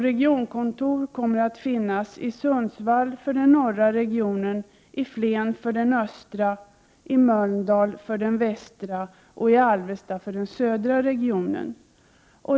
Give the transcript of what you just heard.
Regionkontor kommer att finnas i Sundsvall för den norra, i Flen för den östra, i Mölndal för den västra och i Alvesta för den södra regionen.